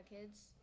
kids